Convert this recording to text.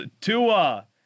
Tua